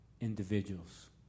individuals